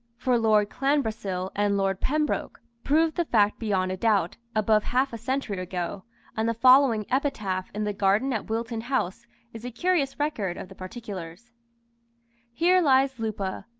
for lord clanbrassil and lord pembroke proved the fact beyond a doubt, above half-a-century ago and the following epitaph in the garden at wilton house is a curious record of the particulars here lies lupa,